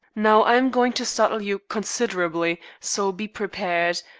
now, i am going to startle you considerably, so be prepared.